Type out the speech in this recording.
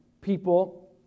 people